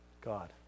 God